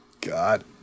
God